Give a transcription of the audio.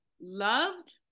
loved